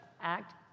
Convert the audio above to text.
act